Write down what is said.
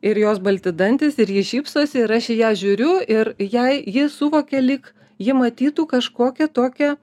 ir jos balti dantis ir ji šypsosi ir aš į ją žiūriu ir jai ji suvokia lyg jį matytų kažkokią tokią